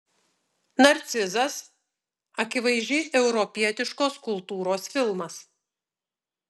narcizas akivaizdžiai europietiškos kultūros filmas